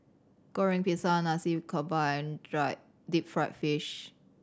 Goreng Pisang Nasi Campur and dry deep fried fish